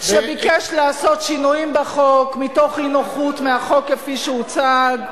שביקש לעשות שינויים בחוק מתוך אי-נוחות מהחוק כפי שהוצג.